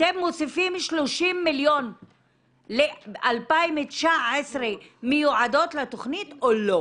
אתם מוסיפים 30 מיליון ל-2019 מיועדות לתכנית או לא?